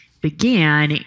began